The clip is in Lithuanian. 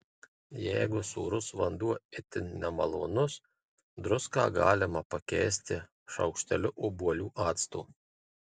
jeigu sūrus vanduo itin nemalonus druską galima pakeisti šaukšteliu obuolių acto